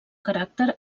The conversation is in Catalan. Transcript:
caràcter